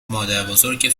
مادربزرگ